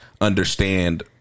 understand